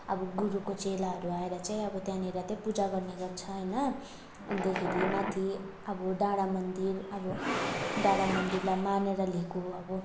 अब गुरुको चेलाहरू आएर चाहिँ अब त्यहाँनिर चाहिँ पूजा गर्ने गर्छ होइन अन्तखेरि माथि अब डाँडा मन्दिर अब डाँडा मन्दिरलाई मानेर ल्याएको अब